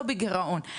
לא בגירעון,